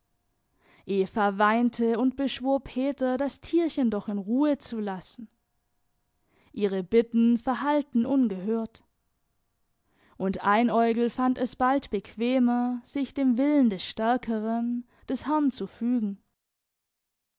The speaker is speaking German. eva weinte und beschwor peter das tierchen doch in ruhe zu lassen ihre bitten verhallten ungehört und einäugel fand es bald bequemer sich dem willen des stärkeren des herrn zu fügen